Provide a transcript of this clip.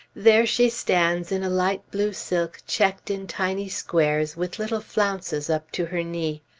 there she stands in a light blue silk checked in tiny squares, with little flounces up to her knee.